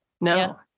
No